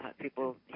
people